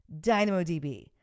DynamoDB